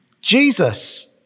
Jesus